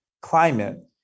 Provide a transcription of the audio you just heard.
climate